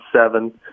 seven